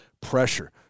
Pressure